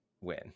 Win